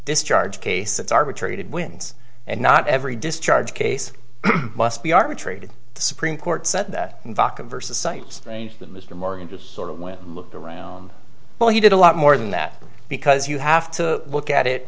discharge case it's arbitrated wins and not every discharge case must be arbitrated the supreme court said that versus sites that mr morgan just sort of went and looked around but he did a lot more than that because you have to look at it